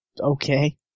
okay